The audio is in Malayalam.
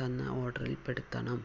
തന്ന ഓർഡറിൽ പെടുത്തണം